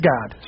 God